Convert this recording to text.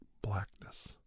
blackness